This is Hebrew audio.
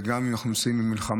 גם אם אנחנו נמצאים במלחמה,